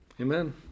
Amen